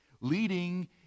Leading